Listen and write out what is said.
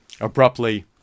abruptly